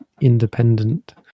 independent